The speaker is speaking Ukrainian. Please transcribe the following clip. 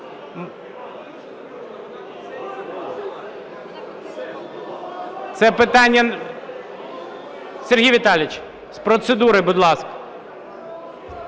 Сергій Віталійович, з процедури, будь ласка.